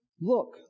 Look